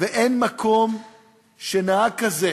ואין מקום שנהג כזה